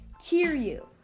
Kiryu